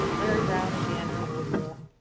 larry brown, and daniel woodrell.